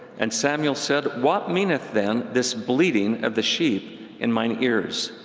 and samuel said, what meaneth then this bleating of the sheep in mine ears?